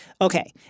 Okay